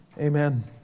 Amen